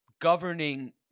governing